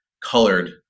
colored